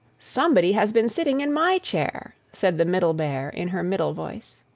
somebody has been sitting in my chair! said the middle bear, in her middle voice.